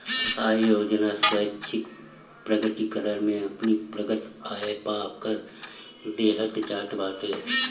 आय योजना स्वैच्छिक प्रकटीकरण में अपनी प्रकट आय पअ कर देहल जात बाटे